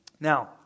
Now